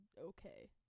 okay